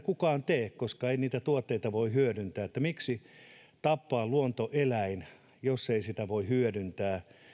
kukaan tee koska ei niitä tuotteita voi hyödyntää eli miksi tappaa luonnoneläin jos ei sitä voi hyödyntää